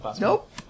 Nope